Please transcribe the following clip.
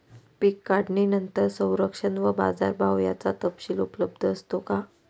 पीक काढणीनंतर संरक्षण व बाजारभाव याचा तपशील उपलब्ध असतो का?